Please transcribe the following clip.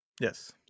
Yes